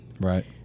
Right